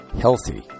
healthy